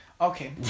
Okay